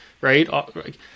right